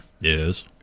Yes